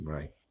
Right